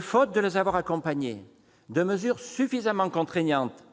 faute de l'avoir accompagnée de mesures suffisamment contraignantes